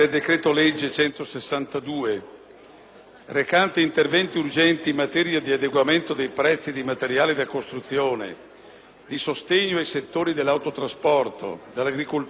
recante interventi urgenti in materia di adeguamento dei prezzi dei materiali da costruzione, di sostegno ai settori dell'autotrasporto, dell'agricoltura e della pesca professionale,